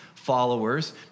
followers